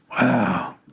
Wow